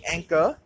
Anchor